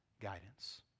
guidance